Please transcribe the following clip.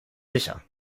sicher